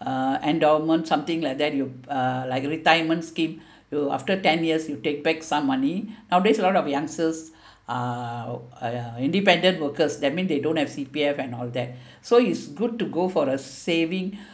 uh endowment something like that you uh like retirement scheme will after ten years you take back some money nowadays a lot of youngsters uh uh independent workers that means they don't have C_P_F and all that so it's good to go for a saving